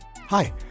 Hi